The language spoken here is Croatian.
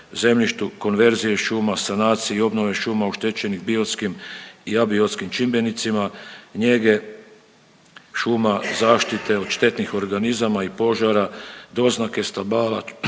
zemljištu, konverzije šuma, sanaciji i obnove šuma oštećenih biotskim i abiotskim čimbenicima, njege šuma, zaštite od štetnih organizama i požara, doznake stabala,